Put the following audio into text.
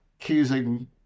accusing